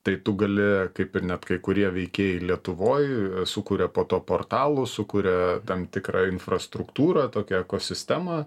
tai tu gali kaip ir net kai kurie veikėjai lietuvoj sukuria po to portalus sukuria tam tikrą infrastruktūrą tokią ekosistemą